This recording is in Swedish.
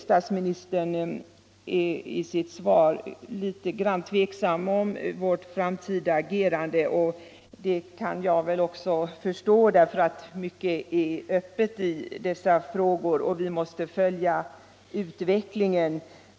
Statsministern är i sitt svar litet grand tveksam om vårt framtida agerande, och det kan jag själv förstå, eftersom mycket är öppet i dessa frågor och vi måste följa utvecklingen.